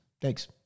Thanks